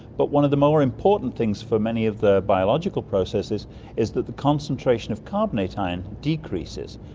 but one of the more important things for many of the biological processes is that the concentration of carbonate ion decreases,